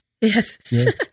Yes